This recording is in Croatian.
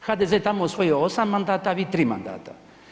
HDZ je tamo osvojio 8 mandata, a vi 3 mandata.